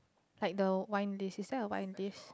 like the wine list is there a wine list